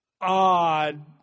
odd